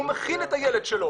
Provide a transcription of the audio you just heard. הוא מכין את הילד שלו,